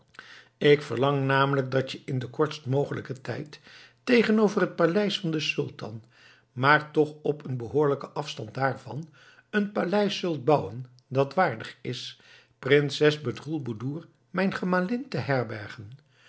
ik verlang namelijk dat je in den kortst mogelijken tijd tegenover het paleis van den sultan maar toch op een behoorlijken afstand daarvan een paleis zult bouwen dat waardig is prinses bedroelboedoer mijn gemalin te herbergen